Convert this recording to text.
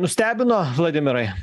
nustebino vladimirai